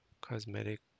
cosmetic